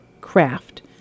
craft